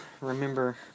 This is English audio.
remember